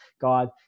God